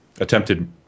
attempted